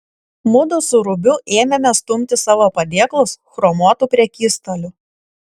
mudu su rubiu ėmėme stumti savo padėklus chromuotu prekystaliu